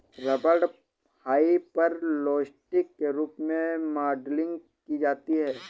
rubber hyperelastic के रूप में मॉडलिंग की जाती है